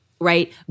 right